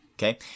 Okay